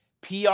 PR